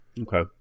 Okay